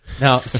Now